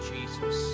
Jesus